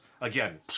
again